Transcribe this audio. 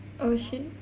oh shit